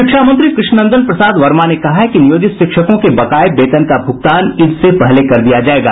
शिक्षा मंत्री कृष्ण नंदन प्रसाद वर्मा ने कहा है कि नियोजित शिक्षकों के बकाये वेतन का भुगतान ईद से पहले कर दिया जायेगा